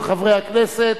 של חברי הכנסת